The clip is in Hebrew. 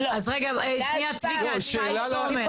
אז רגע, שנייה צביקה, שי סומך.